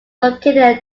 located